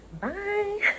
Bye